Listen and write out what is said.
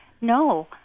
No